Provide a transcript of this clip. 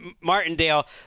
Martindale